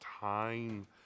time